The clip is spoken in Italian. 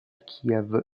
kiev